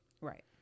right